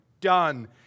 Done